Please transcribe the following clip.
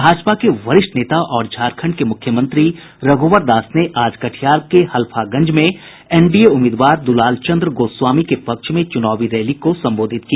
भाजपा के वरिष्ठ नेता और झारखंड के मुख्यमंत्री रघुवर दास ने आज कटिहार के हलफागंज में एनडीए उम्मीदवार दुलाल चंद्र गोस्वामी के पक्ष में चुनावी रैली को संबोधित किया